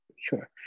Sure